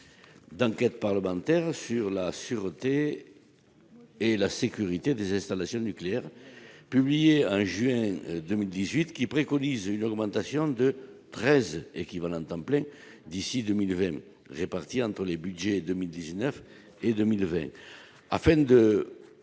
d'enquête parlementaire sur la sûreté et la sécurité des installations nucléaires publié 1 juin 2018, qui préconise une augmentation de 13 équivalents temps plein d'ici 2020 réparties entre les budget 2000 19 et 2020. Afin de